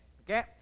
Okay